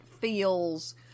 feels